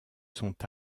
sont